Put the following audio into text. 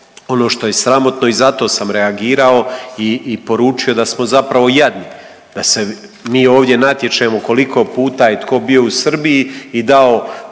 ono što je sramotno i zato sam reagirao i poručio da smo zapravo jadni. Da se mi ovdje natječemo koliko puta je tko bio u Srbiji i dao